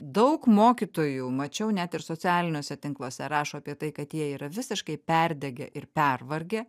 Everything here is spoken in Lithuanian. daug mokytojų mačiau net ir socialiniuose tinkluose rašo apie tai kad jie yra visiškai perdegę ir pervargę